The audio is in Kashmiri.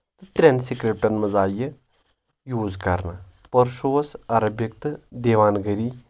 ترٛؠن سِکرِپٹن منٛز آیہِ یہِ یوٗز کرنہٕ پرشو عربِک تہٕ دیوانگٔری